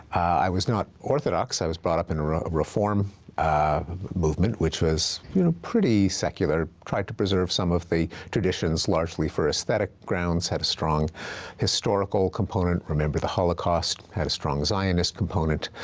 i was not orthodox. i was brought up in a reform movement, which was you know pretty secular, tried to preserve some of the traditions, largely for aesthetic grounds, had a strong historical component, remember the holocaust, had a strong zionist component.